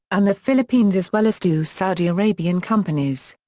and the philippines as well as two saudi arabian companies.